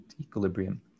equilibrium